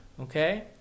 okay